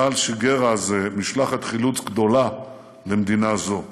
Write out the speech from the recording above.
צה"ל שיגר אז משלחת חילוץ גדולה למדינה זו.